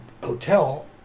Hotel